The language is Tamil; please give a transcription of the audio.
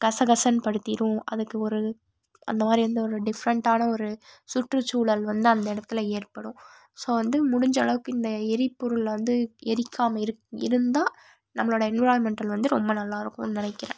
கச கசன்னு படுத்திடும் அதுக்கு ஒரு அந்த மாதிரி எந்த ஒரு டிஃப்ரெண்டான ஒரு சுற்றுசூழல் வந்து அந்த இடத்துல ஏற்படும் ஸோ வந்து முடிஞ்சளவுக்கு இந்த எரி பொருளை வந்து எரிக்காமல் இருக் இருந்தால் நம்மளோட என்விரான்மெண்டல் வந்து ரொம்ப நல்லாயிருக்குன் நினைக்கிறேன்